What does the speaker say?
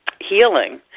healing